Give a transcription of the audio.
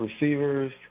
receivers